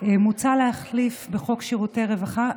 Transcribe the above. מוצע להחליף בחוק שירותי רווחה,